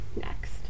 next